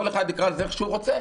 כל אחד יקרא לזה איך שהוא רוצה,